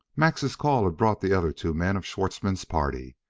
max's call had brought the other two men of schwartzmann's party,